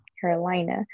Carolina